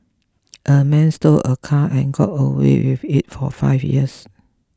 a man stole a car and got away with it for five years